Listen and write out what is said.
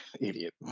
idiot